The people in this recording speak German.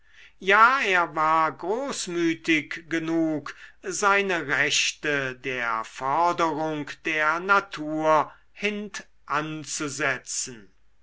ja er war großmütig genug seine rechte der forderung der natur